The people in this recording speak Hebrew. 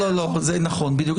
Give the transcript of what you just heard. זה נכון, בדיוק.